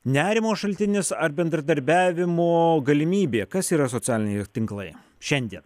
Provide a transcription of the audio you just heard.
nerimo šaltinis ar bendradarbiavimo galimybė kas yra socialiniai tinklai šiandien